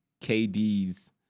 KD's